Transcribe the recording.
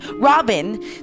Robin